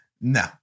no